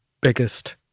biggest